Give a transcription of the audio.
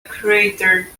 creator